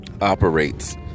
operates